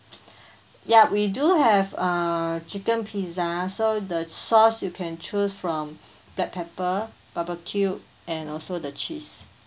ya we do have uh chicken pizza so the sauce you can choose from black pepper barbecue and also the cheese